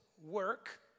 work